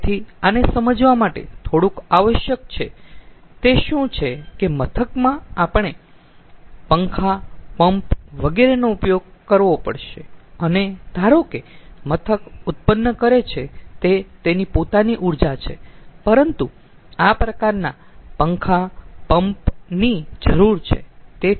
તેથી આને સમજાવવા માટે થોડુંક આવશ્યક છે તે શું છે કે મથકમાં આપણે પંખા પંપ વગેરેનો ઉપયોગ કરવો પડશે અને ધારો કે મથક ઉત્પન્ન કરે છે તે તેની પોતાની ઊર્જા છે પરંતુ આ પ્રકારના પંખા પંપ ની જરૂર છે